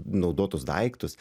naudotus daiktus